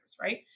right